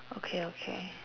okay okay